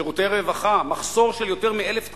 שירותי רווחה, מחסור של יותר מ-1,000 תקנים.